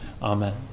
Amen